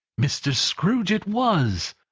mr. scrooge it was.